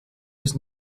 was